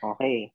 Okay